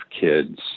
kids